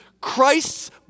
Christ's